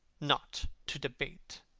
not to debate.